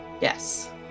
yes